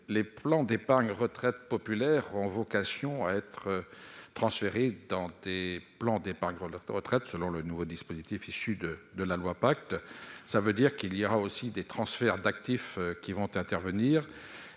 Les plans d'épargne retraite populaire ont vocation à être transférés dans des plans d'épargne retraite, selon le nouveau dispositif issu de la loi Pacte. Le présent amendement vise à assurer la neutralité fiscale des transferts d'actifs qui vont intervenir